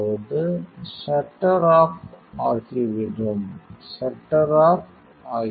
அதாவது shutter off ஆகிவிடும் shutter off ஆகிவிடும்